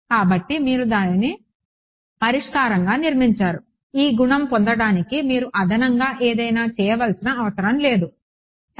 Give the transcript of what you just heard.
కాబట్టి మీరు దానిని పరిష్కారంగా నిర్మించారు ఈ గుణము పొందడానికి మీరు అదనంగా ఏదైనా చేయవలసిన అవసరం లేదు సరే